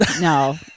no